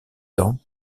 temps